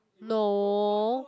no